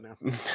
now